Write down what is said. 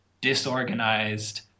disorganized